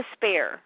despair